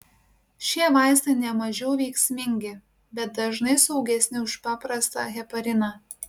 šie vaistai nemažiau veiksmingi bet dažnai saugesni už paprastą hepariną